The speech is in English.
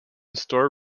store